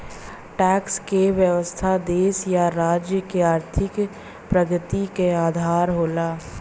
tax क व्यवस्था देश या राज्य क आर्थिक प्रगति क आधार होला